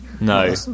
No